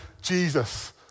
Jesus